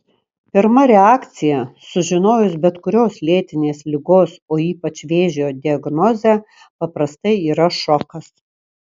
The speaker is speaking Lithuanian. pirma reakcija sužinojus bet kurios lėtinės ligos o ypač vėžio diagnozę paprastai yra šokas